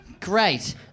Great